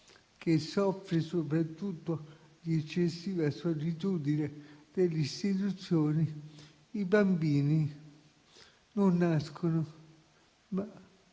che soffre soprattutto di eccessiva solitudine delle istituzioni - i bambini non nascono. Ma